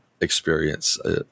experience